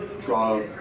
draw